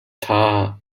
tha